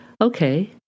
okay